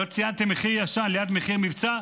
לא ציינתם מחיר ישן ליד מחיר מבצע?